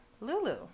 lulu